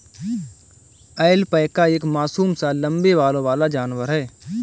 alpaca एक मासूम सा लम्बे बालों वाला जानवर है